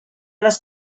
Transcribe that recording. les